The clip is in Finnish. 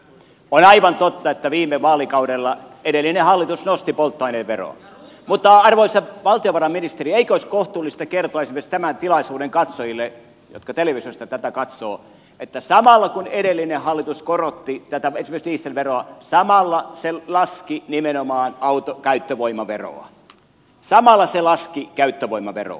on aivan totta että viime vaalikaudella edellinen hallitus nosti polttoaineveroa mutta arvoisa valtiovarainministeri eikö olisi kohtuullista kertoa esimerkiksi tämän tilaisuuden katsojille jotka televisiosta tätä katsovat että samalla kun edellinen hallitus korotti esimerkiksi tätä dieselveroa samalla se laski nimenomaan auton käyttövoimaveroa samalla se laski käyttövoimaveroa